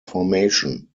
formation